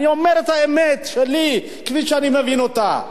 אני אומר את האמת שלי, כפי שאני מבין אותה.